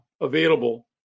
available